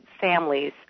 Families